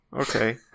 okay